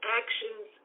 actions